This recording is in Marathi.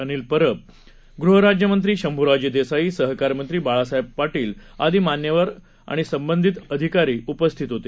अनिल परब गृह राज्यमंत्री शंभूराजे देसाई सहकार मंत्री बाळासाहेब पाटील आदी मान्यवर तसंच संबंधित वरीष्ठ अधिकारी उपस्थित होते